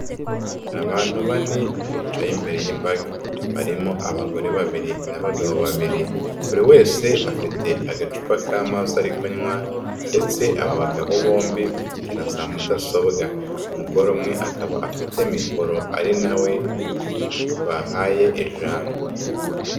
Abantu bane bicaye imbere y'imbaga, barimo abagore babiri n'abagabo babiri, buri wese afite agacupa k'amazi ari kunywa ndetse aba bagabo bombi bafite na za mudasobwa. Umugore umwe akaba afite mikoro ari na we bahaye ijambo.